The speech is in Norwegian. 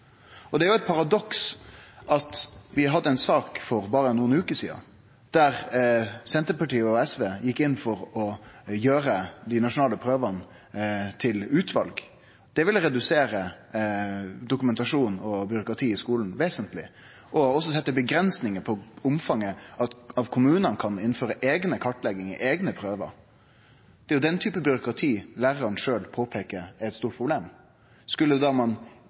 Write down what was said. Det er eit paradoks at vi hadde ei sak for berre eit par veker sidan der Senterpartiet og SV gjekk inn for å gjere dei nasjonale prøvene til utvalsprøver. Det ville redusere dokumentasjonen og byråkratiet i skolen vesentleg og også setje avgrensingar på omfanget at kommunane kan innføre eigne kartleggingar og eigne prøver. Det er den type byråkrati lærarane sjølve påpeiker er eit stort problem. Ein skulle da